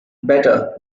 better